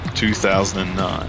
2009